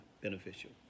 beneficial